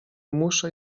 muszę